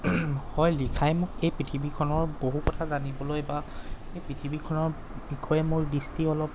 হয় লিখাই মোক এই পৃথিৱীখনৰ বহু কথা জানিবলৈ বা এই পৃথিৱীখনৰ বিষয়ে মোৰ দৃষ্টি অলপ